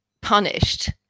punished